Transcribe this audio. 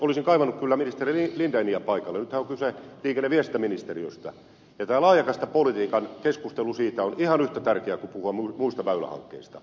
olisin kaivannut kyllä ministeri lindeniä paikalle nythän on kyse liikenne ja viestintäministeriöstä ja tämä keskustelu laajakaistapolitiikasta on ihan yhtä tärkeää kuin muista väylähankkeista puhuminen